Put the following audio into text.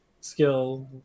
skill